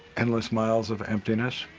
endless miles of emptiness.